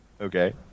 Okay